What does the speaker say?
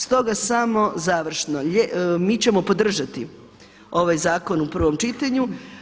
Stoga samo završno, mi ćemo podržati ovaj zakon u prvom čitanju.